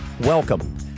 Welcome